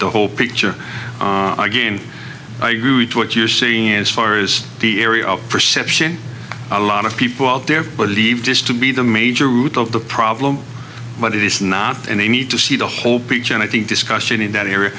the whole picture again i agree with what you're seeing as far as the area of perception a lot of people out there but leave just to be the major root of the problem but it is not any need to see the whole picture and i think discussion in that area